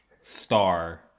star